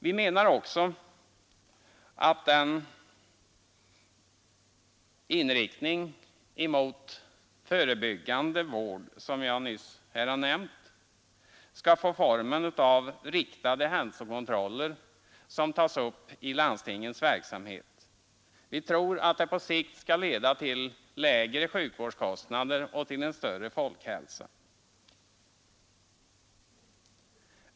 Vi anser vidare att den inriktning mot förebyggande vård som jag nyss har nämnt skall få formen av riktade hälsokontroller som tas upp i landstingens verksamhet. Vi tror att det på sikt skall leda till lägre sjukvårdskostnader och till en bättre folkhälsa.